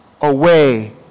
away